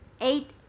eight